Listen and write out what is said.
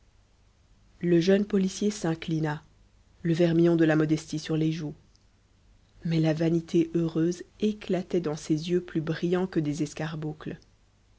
le jeune policier s'inclina le vermillon de la modestie sur les joues mais la vanité heureuse éclatait dans ses yeux plus brillants que des